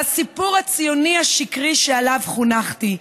על הסיפור הציוני השקרי שעליו חונכתי,